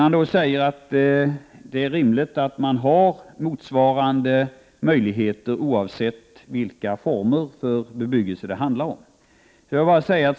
Han säger att det är rimligt att man har samma möjligheter oavsett vilka former av bebyggelse det handlar om.